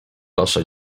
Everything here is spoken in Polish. wasza